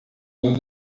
meu